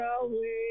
away